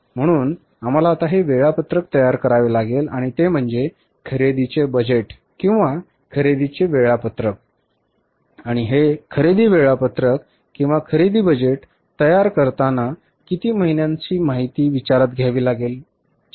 म्हणून आम्हाला आता हे वेळापत्रक तयार करावे लागेल आणि ते म्हणजे खरेदीचे बजेट किंवा खरेदीचे वेळापत्रक आणि हे खरेदी वेळापत्रक किंवा खरेदी बजेट तयार करताना किती महिन्यांसाठी माहिती विचारात घ्यावी लागेल